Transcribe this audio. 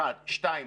דבר שני,